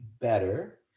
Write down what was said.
better